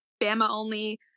Bama-only